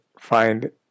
find